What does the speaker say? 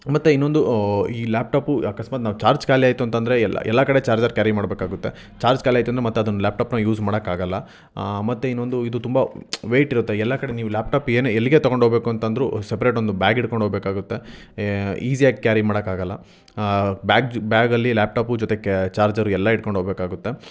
ಮತ್ತು ಇನ್ನೊಂದು ಈ ಲ್ಯಾಪ್ಟಾಪು ಅಕಸ್ಮಾತ್ ನಾವು ಚಾರ್ಜ್ ಖಾಲಿ ಆಯಿತು ಅಂತಂದರೆ ಎಲ್ಲ ಎಲ್ಲ ಕಡೆ ಚಾರ್ಜರ್ ಕ್ಯಾರಿ ಮಾಡಬೇಕಾಗುತ್ತೆ ಚಾರ್ಜ್ ಖಾಲಿ ಆಯಿತು ಅಂದ್ರೆ ಮತ್ತೆ ಅದನ್ನು ಲ್ಯಾಪ್ಟಾಪ್ನ ಯೂಸ್ ಮಾಡೋಕ್ಕಾಗಲ್ಲ ಮತ್ತು ಇನ್ನೊಂದು ಇದು ತುಂಬ ವೇಯ್ಟ್ ಇರುತ್ತೆ ಎಲ್ಲ ಕಡೆ ನೀವು ಲ್ಯಾಪ್ಟಾಪ್ ಏನೇ ಎಲ್ಲಿಗೇ ತೊಗೊಂಡೋಗ್ಬೇಕು ಅಂತಂದ್ರೂ ಸೆಪ್ರೇಟ್ ಒಂದು ಬ್ಯಾಗ್ ಹಿಡ್ಕೊಂಡು ಹೋಗಬೇಕಾಗುತ್ತೆ ಈಸಿಯಾಗಿ ಕ್ಯಾರಿ ಮಾಡೋಕ್ಕಾಗಲ್ಲ ಬ್ಯಾಗ್ ಜ್ ಬ್ಯಾಗಲ್ಲಿ ಲ್ಯಾಪ್ಟಾಪು ಜೊತೆಗೆ ಚಾರ್ಜರು ಎಲ್ಲ ಹಿಡ್ಕೊಂಡು ಹೋಗಬೇಕಾಗುತ್ತೆ